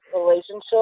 relationship